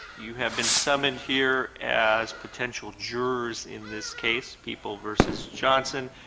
you have been summoned here as potential jurors in this case, people versus johnson,